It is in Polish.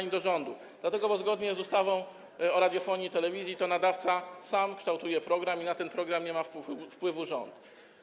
i do rządu, dlatego bo zgodnie z ustawą o radiofonii i telewizji to nadawca sam kształtuje program i na ten program nie ma wpływu rząd.